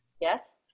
Yes